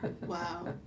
Wow